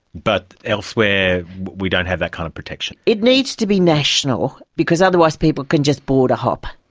but elsewhere we don't have that kind of protection. it needs to be national because otherwise people can just border-hop.